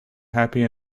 happy